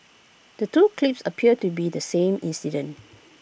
the two clips appear to be the same incident